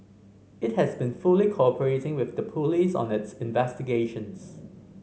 it has been fully cooperating with the police on its investigations